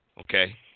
Okay